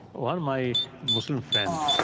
one of my muslim friend